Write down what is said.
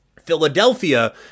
Philadelphia